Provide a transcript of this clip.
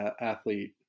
athlete